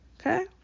Okay